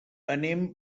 anem